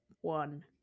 one